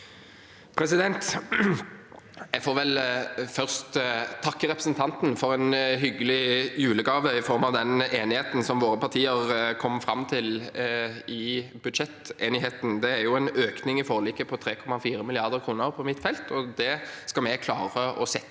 Jeg får vel først takke representanten for en hyggelig julegave i form av den enigheten som våre partier kom fram til i budsjettenigheten. Det er en økning i forliket på 3,4 mrd. kr på mitt felt, og det skal vi klare å sette